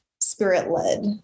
spirit-led